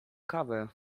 kawę